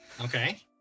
Okay